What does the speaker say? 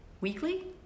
weekly